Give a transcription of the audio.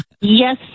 Yes